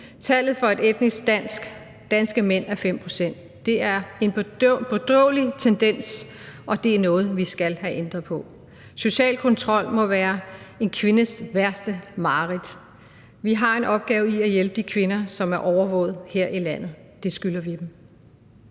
Tallet for etnisk danske mænd er 5 pct. Det er en bedrøvelig tendens, og det er noget, vi skal have ændret på. Social kontrol må være en kvindes værste mareridt. Vi har en opgave i at hjælpe de kvinder, som er overvåget her i landet. Det skylder vi dem.